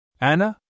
Anna